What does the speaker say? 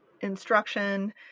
instruction